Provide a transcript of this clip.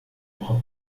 braucht